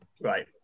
Right